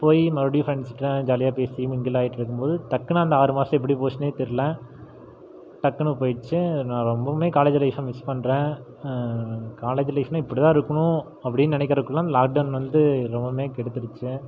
போய் மறுபடியும் ஃப்ரெண்ட்ஸுகிட்ட ஜாலியாக பேசி மிங்கில் ஆயிட்டுருக்கும் போது டக்குன்னு அந்த ஆறு மாதம் எப்படி போச்சுனே தெரில டக்குன்னு போய்டுச்சு நான் ரொம்பவுமே காலேஜ் லைஃப்பை மிஸ் பண்ணுறேன் காலேஜ் லைஃப்ன்னா இப்படி தான் இருக்கும் அப்படினு நினைக்கிறதுக்குள்ள அந்த லாக்டவுன் வந்து ரொம்பவுமே கெடுத்துடுச்சு